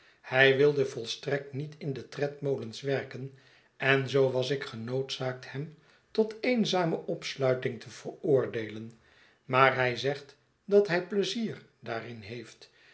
hij wilde volstrekt niet in de tredmolens werken en zoo was ik genoodzaakt hem tot eenzame opsluiting te veroordeelen maar hij zegt dat hij pleizier daarin heeft